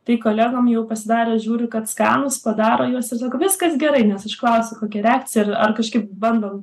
tai kolegom jau pasidarė žiūriu kad skanūs padaro juos ir sako viskas gerai nes aš klausiu kokia reakcija ir ar kažkaip bandom